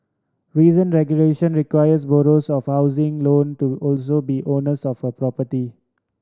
recent regulation requires borrowers of housing loan to also be owners of a property